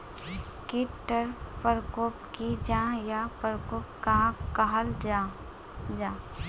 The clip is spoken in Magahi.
कीट टर परकोप की जाहा या परकोप कहाक कहाल जाहा जाहा?